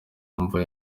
mva